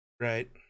right